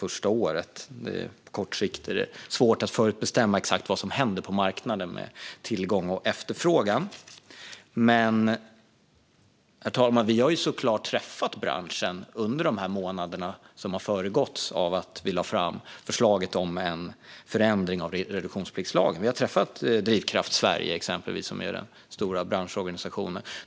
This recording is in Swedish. På kort sikt är det svårt att förutse exakt vad som händer på marknaden med tillgång och efterfrågan. Herr talman! Vi har såklart träffat branschen under de månader som föregick förslaget om en förändring av reduktionspliktslagen. Vi har träffat exempelvis Drivkraft Sverige, som är den stora branschorganisationen.